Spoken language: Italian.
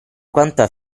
quanta